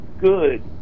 good